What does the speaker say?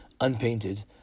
unpainted